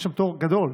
יש שם תור גדול,